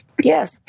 yes